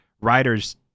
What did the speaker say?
writers